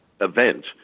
event